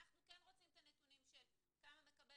אנחנו כן רוצים את הנתונים של כמה מקבל